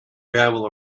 gravel